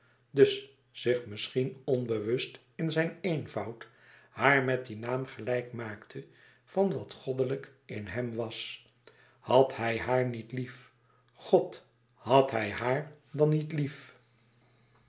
dus zich misschien onbewust in zijn eenvoud haar met dien naam gelijke maakte van wat goddelijk in hem was had hij haar niet lief god had hij haar dan niet lief